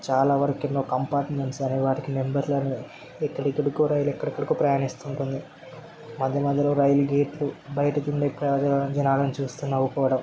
చాలా వరకు ఎన్నో కంపార్ట్మెంట్స్ అనేవాటికి నెంబర్లను ఎక్కడెక్కడికో రైలు ఎక్కడెక్కడికో ప్రయాణిస్తూంటుంది మధ్య మధ్యలో రైలు గేట్లు బయట కింద ఎక్కడందిగడం జనాలను చూస్తూ నవ్వుకోవడం